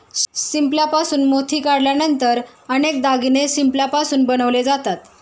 शिंपल्यापासून मोती काढल्यानंतर अनेक दागिने शिंपल्यापासून बनवले जातात